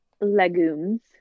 legumes